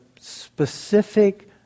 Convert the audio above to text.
specific